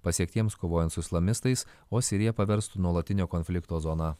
pasiektiems kovojant su islamistais o siriją paverstų nuolatinio konflikto zona